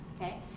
Okay